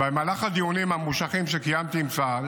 במהלך הדיונים הממושכים שקיימתי עם צה"ל,